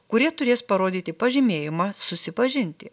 kurie turės parodyti pažymėjimą susipažinti